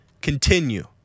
continue